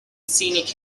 scenic